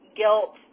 guilt